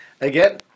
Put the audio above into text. Again